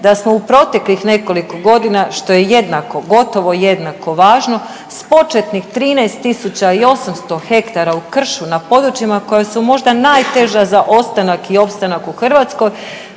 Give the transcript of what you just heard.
da smo u proteklih nekoliko godina što je jednako, gotovo jednako važno s početnih 13.800 hektara u kršu na područjima koja su možda najteža za ostanak i opstanak u Hrvatskoj,